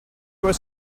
were